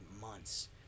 months